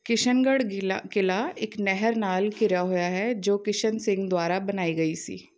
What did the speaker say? ਕਿਸ਼ਨਗੜ੍ਹ ਗਿਲਾ ਕਿਲ੍ਹਾ ਇੱਕ ਨਹਿਰ ਨਾਲ ਘਿਰਿਆ ਹੋਇਆ ਹੈ ਜੋ ਕਿਸ਼ਨ ਸਿੰਘ ਦੁਆਰਾ ਬਣਾਈ ਗਈ ਸੀ